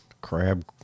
Crab